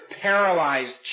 paralyzed